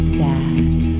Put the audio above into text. sad